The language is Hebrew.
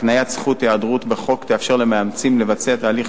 הקניית זכות ההיעדרות בחוק תאפשר למאמצים לבצע את ההליך